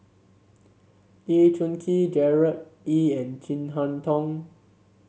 Lee Choon Kee Gerard Ee and Chin Harn Tong